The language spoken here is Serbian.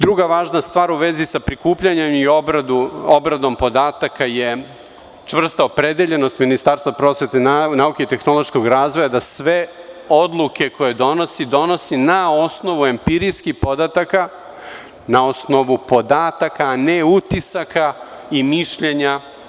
Druga važna stvar u vezi sa prikupljanjem i obradom podataka je čvrsta opredeljenost Ministarstva prosvete, nauke i tehnološkog razvoja da sve odluke koje donosi, donosi na osnovu empirijskih podataka, na osnovu podataka a ne utisaka i mišljenja.